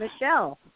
Michelle